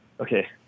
okay